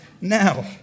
now